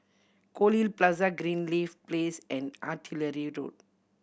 Goldhill Plaza Greenleaf Place and Artillery Road